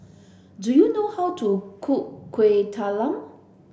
do you know how to cook Kuih Talam